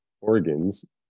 organs